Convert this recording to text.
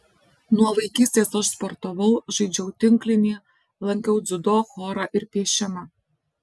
nuo vaikystės aš sportavau žaidžiau tinklinį lankiau dziudo chorą ir piešimą